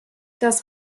das